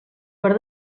per